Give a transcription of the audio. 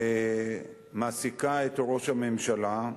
ומעסיקה את ראש הממשלה.